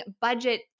budget